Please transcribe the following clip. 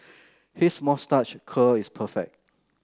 his moustache curl is perfect